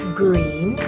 green